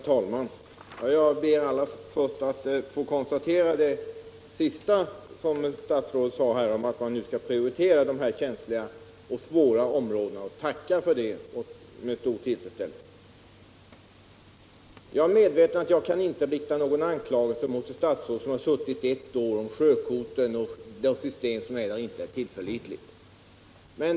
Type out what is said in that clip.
Nr 24 Herr talman! Jag noterar vad statsrådet senast sade, nämligen att man Torsdagen den nu skall prioritera de här känsliga och besvärliga områdena, och tackar 10 november 1977 för det med stor tillfredsställelse. Söt RAR Jag är medveten om att jag inte mot ett statsråd som har suttit ett — Om sjökorten för år kan rikta någon anklagelse rörande sjökorten och ett system som inte = Södertäljeleden och är tillförlitligt.